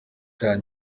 sha